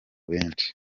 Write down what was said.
benshi